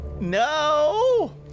No